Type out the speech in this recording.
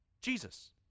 Jesus